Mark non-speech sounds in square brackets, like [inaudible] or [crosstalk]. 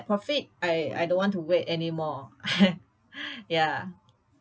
profit I I don't want to wait anymore [laughs] ya